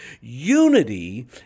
Unity